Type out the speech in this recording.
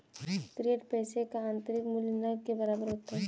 fiat पैसे का आंतरिक मूल्य न के बराबर होता है